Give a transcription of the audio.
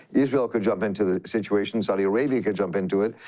israel could jump into the situation. saudi arabia could jump into it.